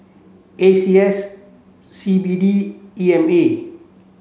A C S C B D E M A